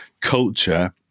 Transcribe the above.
culture